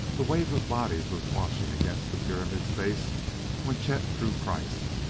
the wave of bodies was washing against the pyramid's base when chet drew kreiss,